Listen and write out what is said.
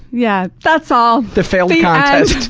yeah, that's all. the failed contest.